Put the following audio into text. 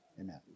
amen